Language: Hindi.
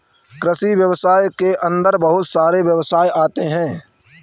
कृषि व्यवसाय के अंदर बहुत सारे व्यवसाय आते है